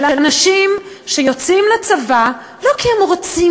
של אנשים שיוצאים לצבא לא כי הם רוצים